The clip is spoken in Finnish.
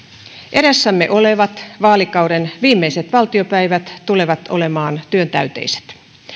edessämme olevat vaalikauden viimeiset valtiopäivät tulevat olemaan työntäyteiset